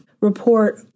report